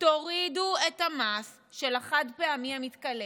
תורידו את המס של החד-פעמי המתכלה,